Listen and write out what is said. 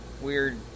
weird